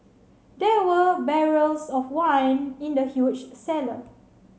there were barrels of wine in the huge cellar